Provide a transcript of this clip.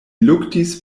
luktis